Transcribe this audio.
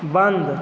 बन्द